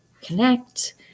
connect